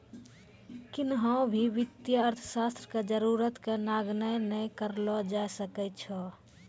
किन्हो भी वित्तीय अर्थशास्त्र के जरूरत के नगण्य नै करलो जाय सकै छै